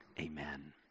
Amen